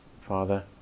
Father